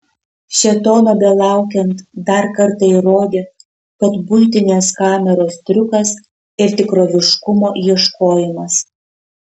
šėtono belaukiant dar kartą įrodė kad buitinės kameros triukas ir tikroviškumo ieškojimas